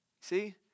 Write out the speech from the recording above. See